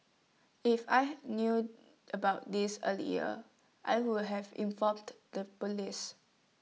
if I knew about this earlier I would have informed the Police